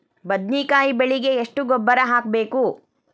ಬದ್ನಿಕಾಯಿ ಬೆಳಿಗೆ ಎಷ್ಟ ಗೊಬ್ಬರ ಹಾಕ್ಬೇಕು?